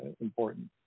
important